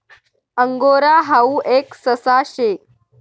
angora हाऊ एक ससा शे